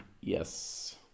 yes